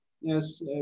Yes